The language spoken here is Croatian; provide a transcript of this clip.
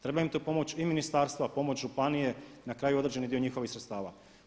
Treba im tu pomoći i ministarstvo, a pomoć županije, na kraju određeni dio njihovih sredstava.